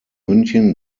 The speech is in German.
münchen